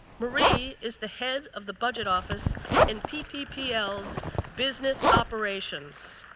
marie is the head of the budget office in ppl's business operations.